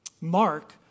Mark